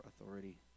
authority